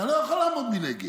אתה לא יכול לעמוד מנגד.